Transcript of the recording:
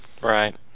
right